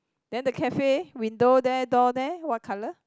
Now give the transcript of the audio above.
than the cafe window there door there what colour